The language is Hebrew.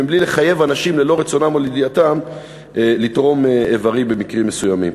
ומבלי לחייב אנשים לתרום איברים ללא רצונם או ידיעתם במקרים מסוימים.